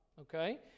okay